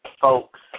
folks